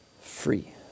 free